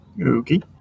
Okay